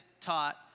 taught